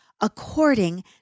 according